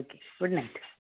okay good night